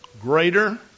Greater